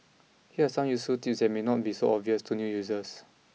here are some useful tips that may not be so obvious to new users